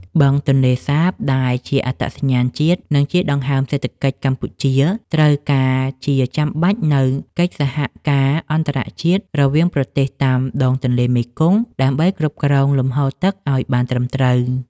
បឹងទន្លេសាបដែលជាអត្តសញ្ញាណជាតិ និងជាដង្ហើមសេដ្ឋកិច្ចកម្ពុជា ត្រូវការជាចាំបាច់នូវកិច្ចសហការអន្តរជាតិរវាងប្រទេសតាមដងទន្លេមេគង្គ ដើម្បីគ្រប់គ្រងលំហូរទឹកឱ្យបានត្រឹមត្រូវ។